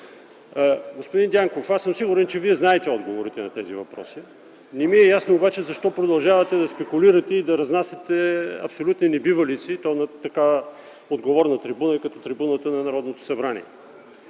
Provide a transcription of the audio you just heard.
Господин Дянков, сигурен съм, че Вие знаете отговорите на тези въпроси. Не ми е ясно обаче защо продължавате да спекулирате и да разнасяте абсолютни небивалици от такава отговорна трибуна, каквато е трибуната на Народното събрание?!